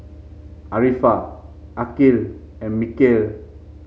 Arifa Aqil and Mikhail